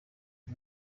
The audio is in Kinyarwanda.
uyu